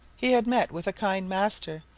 he had met with a kind master,